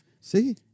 See